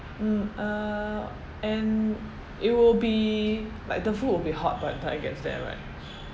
mm uh and it will be like the food will be hot by the time it gets there right